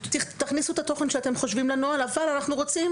תכניסו את התוכן שאתם חושבים לנוהל אבל אנחנו רוצים